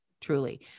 truly